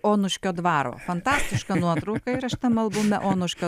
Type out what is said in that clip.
onuškio dvaro fantastiška nuotrauka ir aš tam albume onuškio